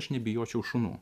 aš nebijočiau šunų